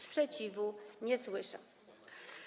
Sprzeciwu nie słyszę.